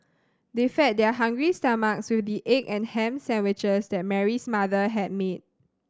they fed their hungry stomach with the egg and ham sandwiches that Mary's mother had made